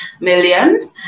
million